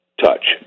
touch